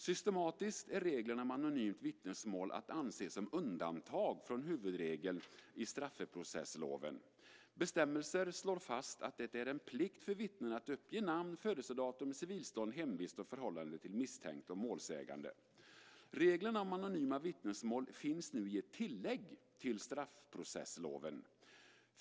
Systematiskt är reglerna om anonymt vittnesmål att anse som undantag från huvudregeln i straffeprosessloven . Bestämmelser slår fast att det är en plikt för vittnen att uppge namn, födelsedatum, civilstånd, hemvist och förhållande till misstänkt och målsägande. Reglerna om anonyma vittnesmål finns nu i ett tillägg till straffeprosessloven .